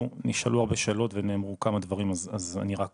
נשאלו הרבה שאלות ונאמרו כמה דברים, אז אני רק